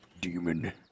Demon